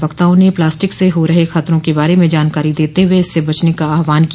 वक्ताओं ने प्लास्टिक से हो रहे खतरों के बारे में जानकारी देते हुए इससे बचने का आह्वान किया